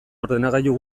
ordenagailu